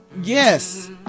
Yes